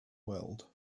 world